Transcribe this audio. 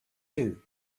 two